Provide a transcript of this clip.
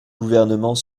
gouvernement